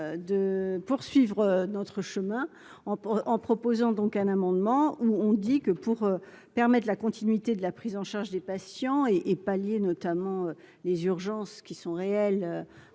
de poursuivre notre chemin en en proposant donc un amendement on, on dit que pour permettre la continuité de la prise en charge des patients et et pallier notamment les urgences qui sont réels,